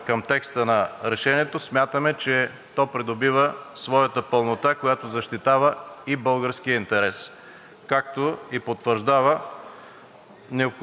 както и потвърждава необходимостта от солидарност със съюзниците от НАТО и партньорите от ЕС, а така също и с народа на Украйна.